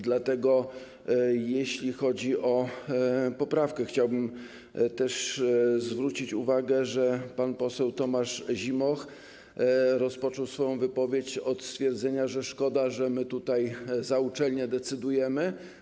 Dlatego jeśli chodzi o poprawkę, chciałbym zwrócić uwagę, że pan poseł Tomasz Zimoch rozpoczął swoją wypowiedź od stwierdzenia, że szkoda, że my tutaj za uczelnię decydujemy.